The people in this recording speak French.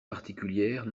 particulière